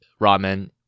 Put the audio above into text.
ramen